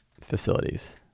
facilities